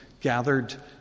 gathered